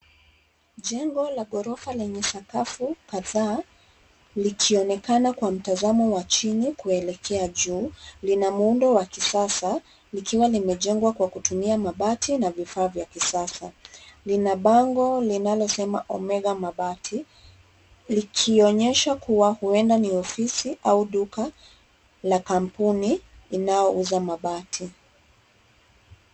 Jengo la gorofa lenye sakafu kadhaa likionekana kwa mtazamo wa chini kuelekea juu, lina muundo wa kisasa likiwa limejengwa kwa kutumia mabati na vifaa vya kisasa. Lina bango linalosema Omega Mabati, likionyesha kuwa huenda ni ofisi au duka la kampuni inayouza mabati.